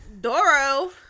Doro